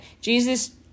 Jesus